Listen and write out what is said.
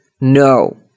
no